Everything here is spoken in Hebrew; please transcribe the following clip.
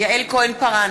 יעל כהן-פארן,